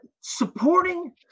supporting